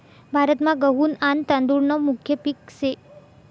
भारतमा गहू न आन तादुळ न मुख्य पिक से